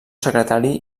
secretari